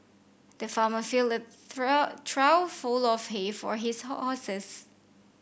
the farmer filled a trough full of hay for his horses